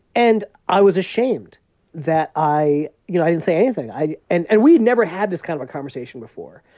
and i was ashamed that i you know i didn't say anything. i i and and we had never had this kind of conversation before.